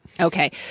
Okay